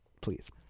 please